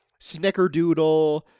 Snickerdoodle